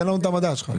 תן לנו את המדע שלך.